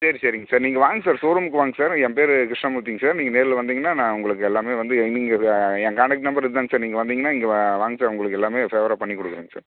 சரி சரிங்க சார் நீங்கள் வாங்க சார் ஷோரூமுக்கு வாங்க சார் ஏன் பேர் கிருஷ்ணமூர்த்திங்க சார் நீங்கள் நேரில் வந்தீங்கன்னா நான் உங்களுக்கு எல்லாமே வந்து நீங்கள் ஏன் காண்டக்ட் நம்பர் இதாங்க சார் நீங்கள் வந்தீங்கன்னா இங்கே வா வாங்க சார் உங்களுக்கு எல்லாமே ஃபேவராக பண்ணிக் கொடுக்குறேங்க சார்